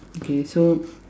okay so